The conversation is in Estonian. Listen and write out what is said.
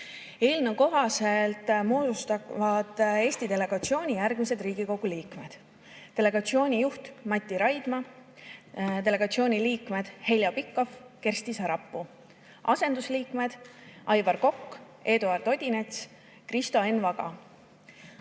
Eelnõu kohaselt moodustavad Eesti delegatsiooni järgmised Riigikogu liikmed: delegatsiooni juht Mati Raidma, delegatsiooni liikmed Heljo Pikhof ja Kersti Sarapuu ning asendusliikmed Aivar Kokk, Eduard Odinets ja Kristo Enn Vaga.